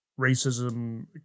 racism